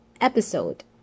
episode